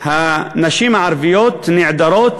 הנשים הערביות נעדרות